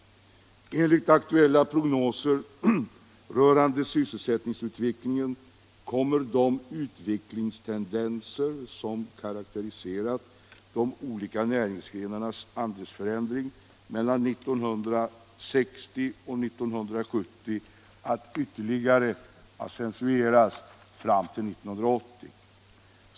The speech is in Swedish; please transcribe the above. Enligt aktuella prognoser rörande <sysselsättningsutvecklingen kommer de utvecklingstendenser som har karakteriserat de olika näringsgrenarnas andelsförändring mellan 1960 och 1970 att ytterligare accentueras fram till 1980.